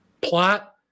Plot